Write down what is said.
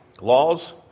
Laws